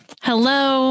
Hello